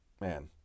Man